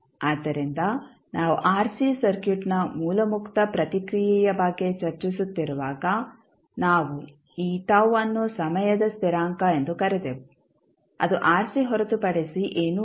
ಆದ್ದರಿಂದ ನಾವು ಆರ್ಸಿ ಸರ್ಕ್ಯೂಟ್ನ ಮೂಲ ಮುಕ್ತ ಪ್ರತಿಕ್ರಿಯೆಯ ಬಗ್ಗೆ ಚರ್ಚಿಸುತ್ತಿರುವಾಗ ನಾವು ಈ ಅನ್ನು ಸಮಯದ ಸ್ಥಿರಾಂಕ ಎಂದು ಕರೆದೆವು ಅದು ಆರ್ಸಿ ಹೊರತುಪಡಿಸಿ ಏನೂ ಅಲ್ಲ